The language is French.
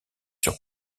sur